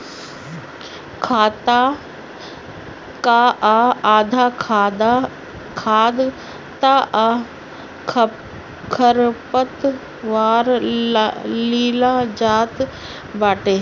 खेत कअ आधा खाद तअ खरपतवार लील जात बाटे